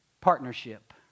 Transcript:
partnership